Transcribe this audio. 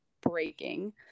breaking